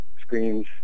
screens